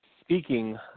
speaking